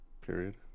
Period